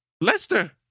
Lester